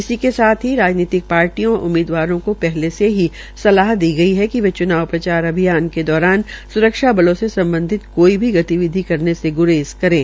इसी तरह ही राजनीतिक पार्टियों व उममीदवारों को पहले से ही सलाह दी गई है कि वे च्नाव प्रचारअभियान के दौरान स्रक्षा बलों से सम्बधित कोई भी गतिविधि करने से से ग्रेज़ करे